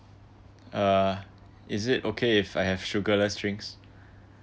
uh is it okay if I have sugarless drinks